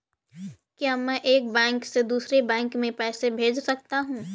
क्या मैं एक बैंक से दूसरे बैंक में पैसे भेज सकता हूँ?